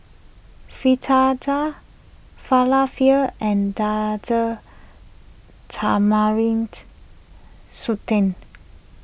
Fritada Falafel and Date Tamarind shu tend